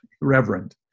Reverend